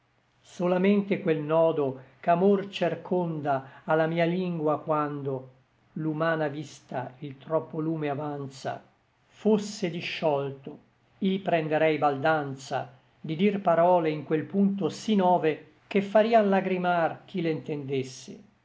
solamente quel nodo ch'amor cerconda a la mia lingua quando l'umana vista il troppo lume avanza fosse disciolto i prenderei baldanza di dir parole in quel punto sí nove che farian lagrimar chi le ntendesse